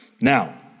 Now